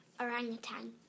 orangutan